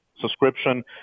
subscription